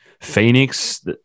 Phoenix